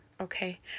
Okay